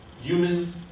human